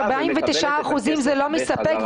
49% זה לא מספק.